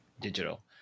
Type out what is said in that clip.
digital